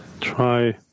Try